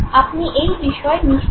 আপনি এই বিষয়ে নিশ্চিত